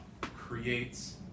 creates